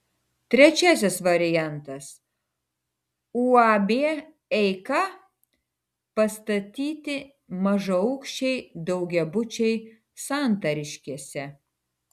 trečiasis variantas uab eika pastatyti mažaaukščiai daugiabučiai santariškėse